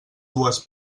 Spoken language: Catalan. dues